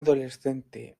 adolescente